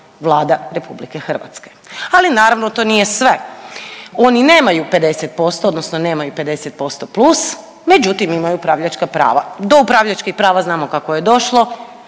Vlada RH. Ali naravno to nije sve. Oni nemaju 50% odnosno nemaju 50% plus, međutim imaju upravljačka prava. Do upravljačkih prava znamo kako je došlo,